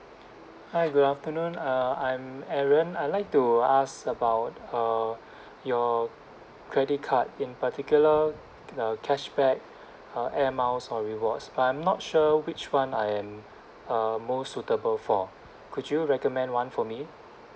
hi good afternoon uh I'm aaron I'd like to ask about uh your credit card in particular the cashback uh air miles or rewards but I'm not sure which [one] I am uh most suitable for could you recommend one for me